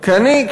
כי אני,